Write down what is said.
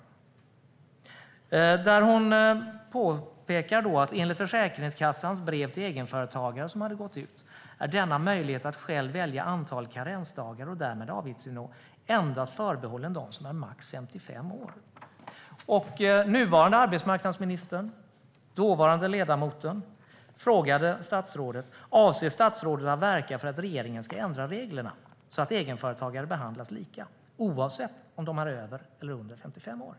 Ylva Johansson påpekade att enligt Försäkringskassans brev till egenföretagare är denna möjlighet att själv välja antal karensdagar och därmed avgiftsnivå endast förbehållen dem som är högst 55 år. Nuvarande arbetsmarknadsministern, dåvarande ledamoten, frågade statsrådet: Avser statsrådet att verka för att regeringen ska ändra reglerna, så att egenföretagare behandlas lika oavsett om de är över eller under 55 år?